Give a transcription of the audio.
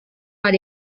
are